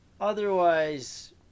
Otherwise